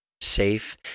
safe